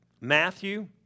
Matthew